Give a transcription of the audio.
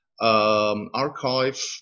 archive